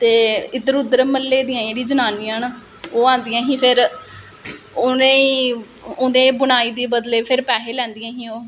लोक फोटो खिचदे ना फोन ना लोकें कोल टेक्नोलाॅजी बडियां ज्यादा आई गेदियां जेहदी बजह कन्नै इक आर्टिस्ट जेहड़ा ऐ पिच्छे रेही जंदा ऐ